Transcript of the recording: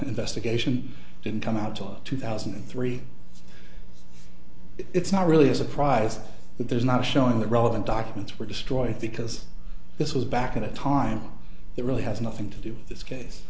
investigation didn't come out till two thousand and three it's not really a surprise that there's not showing that relevant documents were destroyed because this was back at the time it really has nothing to do this case